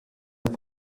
end